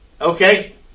Okay